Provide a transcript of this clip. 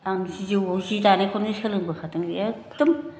आं जिउआव सि दानायखौनो सोलोंबोखादों एकदम